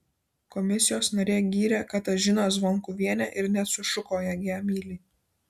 komisijos narė gyrė katažiną zvonkuvienę ir net sušuko jog ją myli